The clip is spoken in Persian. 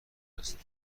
هستند